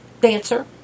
dancer